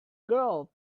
girl